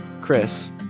Chris